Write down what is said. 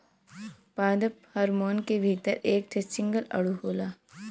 पादप हार्मोन के भीतर एक ठे सिंगल अणु होला